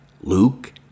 Luke